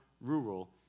rural